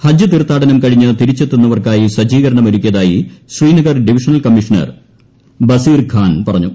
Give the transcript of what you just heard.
ഹജ്ജ് തീർത്ഥാടനം കഴിഞ്ഞ് തിരിച്ചെത്തുന്നവർക്കായി സജ്ജീകരണം ഒരുക്കിയതായി ശ്രീനഗർ ഡിപിഷണൽ കമ്മീഷണർ ബസീർ ഖാൻ പറഞ്ഞു